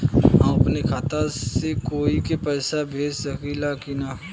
हम अपने खाता से कोई के पैसा भेज सकी ला की ना?